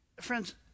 Friends